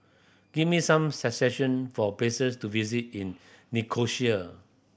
give me some suggestion for places to visit in Nicosia